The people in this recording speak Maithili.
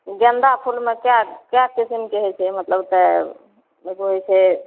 गेन्दा फूलमे कए कए किसिमके होइ छै मतलब तऽ एगो होइ छै